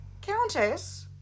Countess